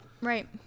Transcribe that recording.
Right